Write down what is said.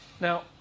Now